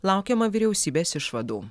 laukiama vyriausybės išvadų